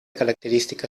característica